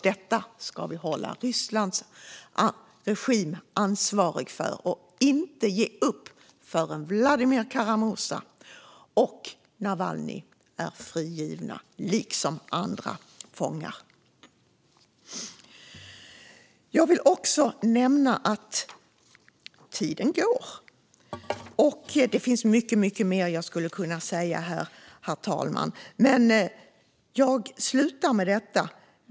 Vi ska hålla Rysslands regim ansvarig för detta och inte ge upp förrän Vladimir Kara-Murza och Navalnyj och andra fångar är frigivna. Herr talman! Det finns mycket mer jag skulle kunna säga här, men jag avslutar med detta.